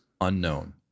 unknown